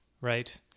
right